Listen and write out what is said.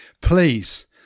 please